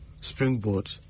Springboard